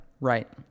right